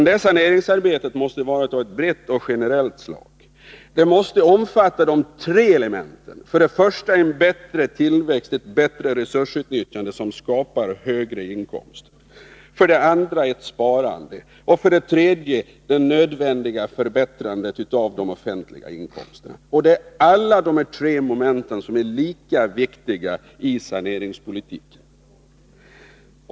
Det måste vara av ett brett och generellt slag. Det måste omfatta tre element: för det första en bättre tillväxt, ett bättre resursutnyttjande, som skapar högre inkomster, för det andra ett sparande och för det tredje det nödvändiga förbättrandet av de offentliga inkomsterna. Alla dessa tre moment är lika viktiga i saneringspolitiken.